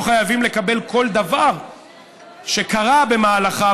לא חייבים לקבל כל דבר שקרה במהלכה,